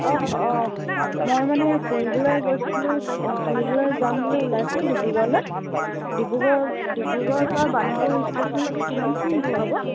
অঁ অঁ মই মানে ফুৰিবলৈ গৈছিলোঁ ফুৰিবলৈ যাম বুলি ওলাইছোঁ ডিব্ৰুগড়লৈ ডিব্ৰুগড় ডিব্ৰুগড় পৰা বানিপুৰ ষ্টেচনলৈকে কিমানখিনি দূৰ হ'ব